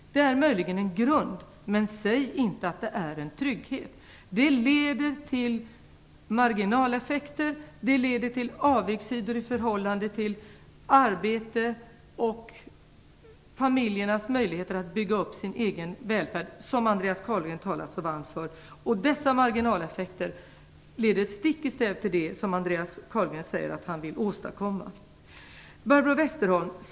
Det innebär möjligen en grund, men säg inte att det innebär en trygghet! Förslaget leder till marginaleffekter. Det leder till avigsidor i förhållande till arbete och familjernas möjligheter att bygga upp sin egen välfärd, som Andreas Carlgren talar så varmt för. Dessa marginaleffekter går stick i stäv med det som Andreas Carlgren säger att han vill åstadkomma. Barbro Westerholm!